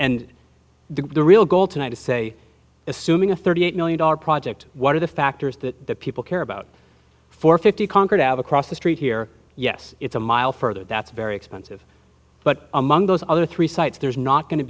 and the real goal tonight is say assuming a thirty eight million dollars project what are the factors that people care about for fifty concord out of across the street here yes it's a mile further that's very expensive but among those other three sites there's not going to